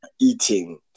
eating